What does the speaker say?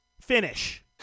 finish